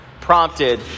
prompted